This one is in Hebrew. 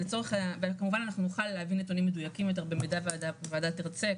וכמובן אנחנו נוכל להביא נתונים מדויקים יותר במידה והוועדה תרצה,